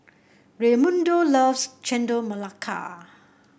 Raymundo loves Chendol Melaka